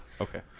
Okay